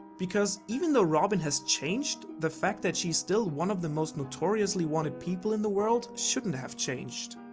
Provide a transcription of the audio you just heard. because even though robin has changed, the fact that she is still one of the most notoriously wanted people in the world, shouldn't have changed.